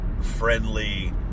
friendly